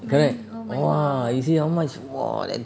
correct !wah! you see how much !wah! then